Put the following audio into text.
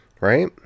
right